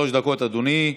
עד שלוש דקות, אדוני.